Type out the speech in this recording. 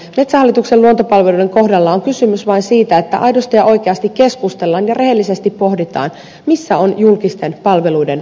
metsähallituksen luontopalveluiden luotopalveluiden kohdalla on kysymys vain siitä että aidosti ja oikeasti keskustellaan ja rehellisesti pohditaan missä ovat julkisten palveluiden rajat